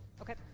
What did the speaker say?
Okay